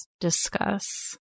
discuss